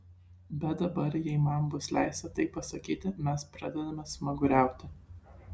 bet dabar jei man bus leista taip pasakyti mes pradedame smaguriauti